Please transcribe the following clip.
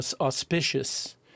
auspicious